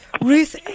Ruth